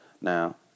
Now